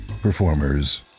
performers